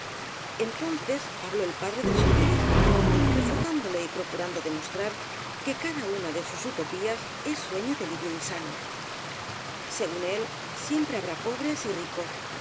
entonces habló el padre del socialismo refután dole y procurando demostrar que cada una de sus utopias es sueño y delirio insano según él siem pre habrá pobres y ricos